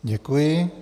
Děkuji.